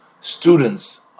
students